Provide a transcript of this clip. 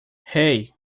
hey